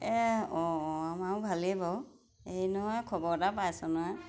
এই অঁ অঁ আমাৰো ভালেই বাৰু হেৰি নহয় খবৰ এটা পাইছ নহয়